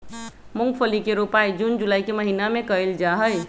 मूंगफली के रोपाई जून जुलाई के महीना में कइल जाहई